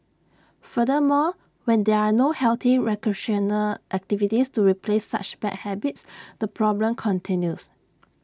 furthermore when there are no healthy recreational activities to replace such bad habits the problem continues